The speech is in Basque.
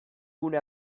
gune